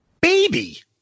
baby